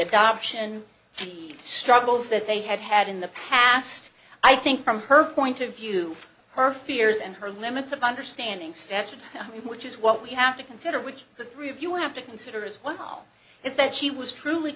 adoption she struggles that they had had in the past i think from her point of view her fears and her limits of understanding statute which is what we have to consider which the three of you have to consider is one whole is that she was truly